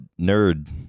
nerd